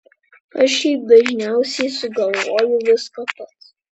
aš šiaip dažniausiai sugalvoju viską pats